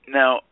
now